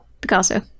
Picasso